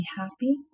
happy